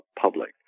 public